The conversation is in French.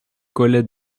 collet